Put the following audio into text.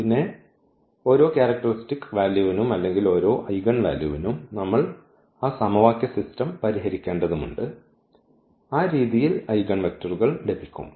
പിന്നെ ഓരോ ക്യാരക്ടർസ്റ്റിക്സ് വാല്യൂവിനും അല്ലെങ്കിൽ ഓരോ ഐഗൻവാല്യൂവിനും നമ്മൾ ആ സമവാക്യ സിസ്റ്റം പരിഹരിക്കേണ്ടതുണ്ട് ആ രീതിയിൽ ഐഗൺവെക്റ്ററുകൾ ലഭിക്കും